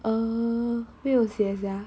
err 没有写 sia